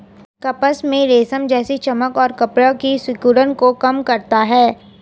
कपास में रेशम जैसी चमक और कपड़ा की सिकुड़न को कम करता है